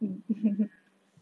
mm